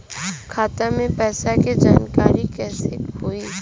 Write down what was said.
खाता मे पैसा के जानकारी कइसे होई?